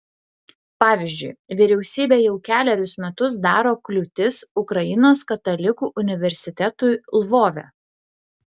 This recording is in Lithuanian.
pavyzdžiui vyriausybė jau kelerius metus daro kliūtis ukrainos katalikų universitetui lvove